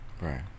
Right